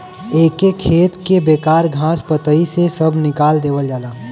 एके खेत के बेकार घास पतई से सभ निकाल देवल जाला